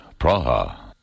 Praha